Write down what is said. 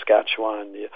Saskatchewan